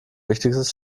wichtigstes